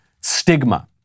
stigma